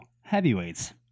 heavyweights